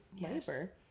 labor